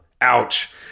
Ouch